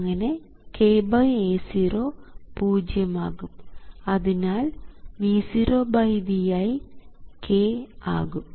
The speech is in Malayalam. അങ്ങനെ kA0 പൂജ്യം ആകും അതിനാൽ V0Vi k ആകും